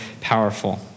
powerful